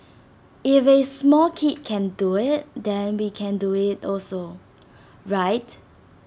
if A small kid can do IT then we can do IT also right